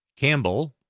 campbell,